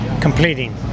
completing